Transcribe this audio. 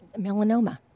Melanoma